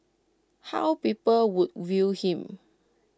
how people would view him